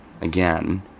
again